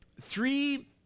three